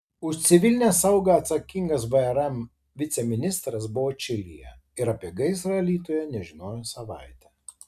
už civilinę saugą atsakingas vrm viceministras buvo čilėje ir apie gaisrą alytuje nežinojo savaitę